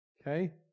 Okay